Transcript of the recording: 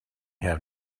have